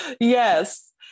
yes